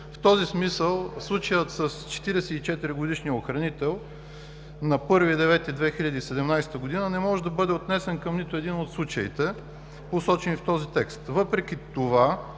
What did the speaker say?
В този смисъл случаят с 44 годишния охранител на 1 септември 2017 г. не може да бъде отнесен към нито един от случаите, посочени в този текст. Въпреки това